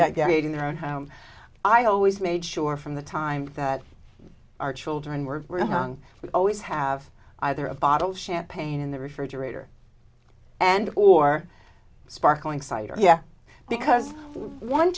yet they're eating their own home i always made sure from the time that our children were young we always have either a bottle of champagne in the refrigerator and or sparkling cider yeah because one